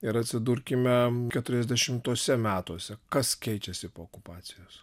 ir atsidurkime keturiasdešimtuose metuose kas keičiasi po okupacijos